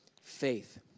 faith